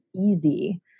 easy